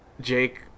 Jake